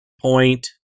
Point